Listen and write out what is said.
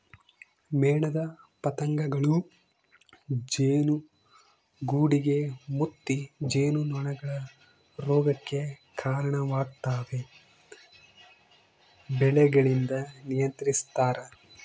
ಮೇಣದ ಪತಂಗಗಳೂ ಜೇನುಗೂಡುಗೆ ಮುತ್ತಿ ಜೇನುನೊಣಗಳ ರೋಗಕ್ಕೆ ಕರಣವಾಗ್ತವೆ ಬೆಳೆಗಳಿಂದ ನಿಯಂತ್ರಿಸ್ತರ